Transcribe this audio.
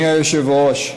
אדוני היושב-ראש,